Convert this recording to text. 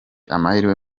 amahirwe